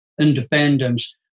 independence